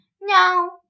No